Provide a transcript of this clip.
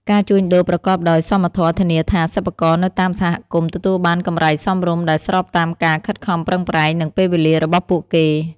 ការជួញដូរប្រកបដោយសមធម៌ធានាថា សិប្បករនៅតាមសហគមន៍ទទួលបានកម្រៃសមរម្យ ដែលស្របតាមការខិតខំប្រឹងប្រែង និងពេលវេលារបស់ពួកគេ។